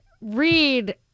read